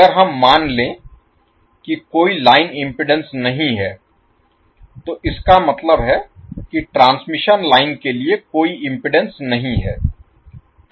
अगर हम मान लें कि कोई लाइन इम्पीडेन्स नहीं है तो इसका मतलब है कि ट्रांसमिशन लाइन के लिए कोई इम्पीडेन्स नहीं है